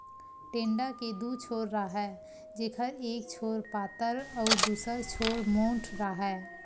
टेंड़ा के दू छोर राहय जेखर एक छोर पातर अउ दूसर छोर मोंठ राहय